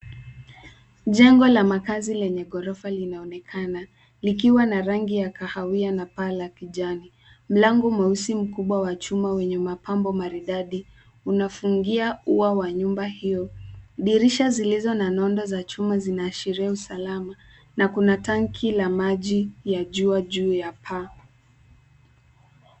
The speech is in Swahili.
Jengo la makazi lenye gorofa linaonekana likiwa na rangi ya kahawia na paa la kijani. Mlango mweusi mkubwa wa chuma wenye mapambo maridadi unafungia ua huo. Dirisha lililo na chuma zinaashiria usalama. Na kuna tanki la maji juu ya taa.